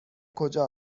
کجا